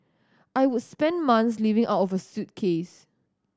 I would spend months living out of a suitcase